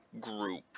group